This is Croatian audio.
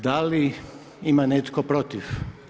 Da li ima netko protiv?